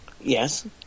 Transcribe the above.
Yes